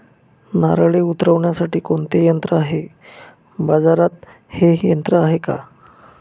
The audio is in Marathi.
नारळे उतरविण्यासाठी कोणते यंत्र आहे? बाजारात हे यंत्र आहे का?